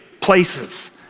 places